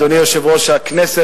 אדוני יושב-ראש הכנסת,